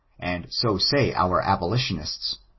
and so say our abolitionists.